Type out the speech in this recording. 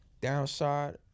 downside